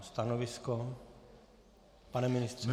Stanovisko, pane ministře?